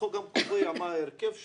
החוק גם קובע מה ההרכב שלה,